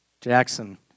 Jackson